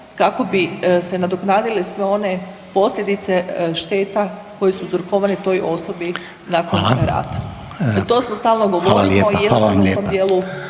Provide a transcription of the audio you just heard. kao bi se nadoknadile sve one posljedice šteta koje su uzrokovane toj osobi nakon rata …/Upadica: Hvala./… To stalno govorimo i jednostavno u tom dijelu